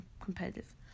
competitive